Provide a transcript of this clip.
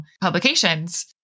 publications